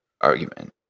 argument